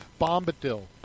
Bombadil